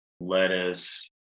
lettuce